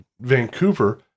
Vancouver